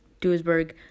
Duisburg